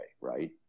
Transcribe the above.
Right